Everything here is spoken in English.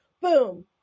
boom